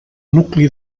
nucli